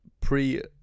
pre